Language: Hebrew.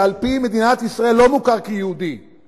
שעל-פי מדינת ישראל לא מוכר כיהודי,